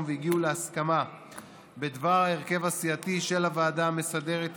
והגיעו להסכמה בדבר ההרכב הסיעתי של הוועדה המסדרת,